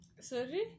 Sorry